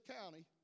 county